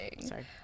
Sorry